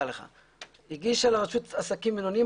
הגישה לרשות לעסקים בינוניים,